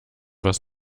was